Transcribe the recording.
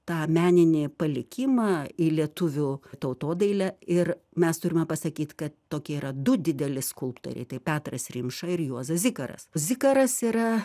tą meninį palikimą į lietuvių tautodailę ir mes turime pasakyt kad tokie yra du dideli skulptoriai petras rimša ir juozas zikaras zikaras yra